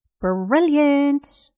Brilliant